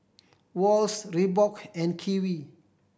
Wall's Reebok and Kiwi